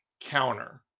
counter